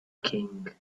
king